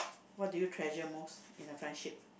what do you treasure most in a friendship